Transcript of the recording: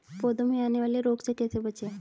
पौधों में आने वाले रोग से कैसे बचें?